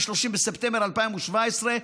מ-30 בספטמבר 2017,